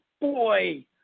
Boy